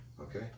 Okay